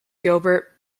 gilbert